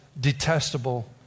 detestable